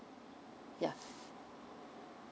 ya